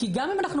כי גם אם אנחנו,